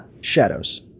Shadows